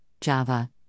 Java